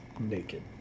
naked